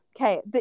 Okay